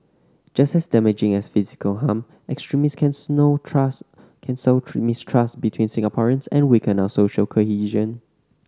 just as damaging as physical harm extremists can snow trust can sow mistrust between Singaporeans and weaken our social cohesion